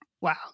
Wow